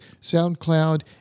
SoundCloud